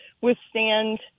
withstand